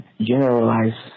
generalize